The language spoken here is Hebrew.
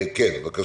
כן, בבקשה.